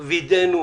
וידאנו